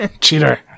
Cheater